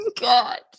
God